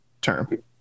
term